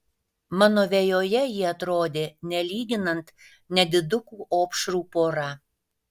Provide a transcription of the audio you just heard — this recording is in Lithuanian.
mano vejoje jie atrodė nelyginant nedidukų opšrų pora